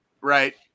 Right